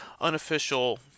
unofficial